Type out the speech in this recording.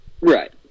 right